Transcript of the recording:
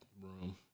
room